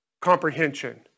comprehension